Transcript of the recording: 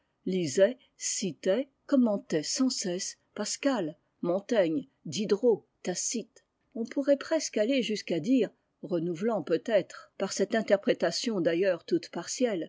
lisait citait commentait sans cesse pascal montaigne diderot tacite on pourrait presque aller jusqu'à dire renouvelant peut-être par cette interprétation